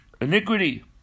Iniquity